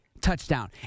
touchdown